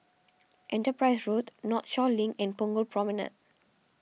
Enterprise Road Northshore Link and Punggol Promenade